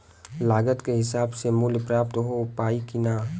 लागत के हिसाब से मूल्य प्राप्त हो पायी की ना?